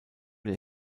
der